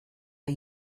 are